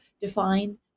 define